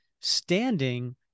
standing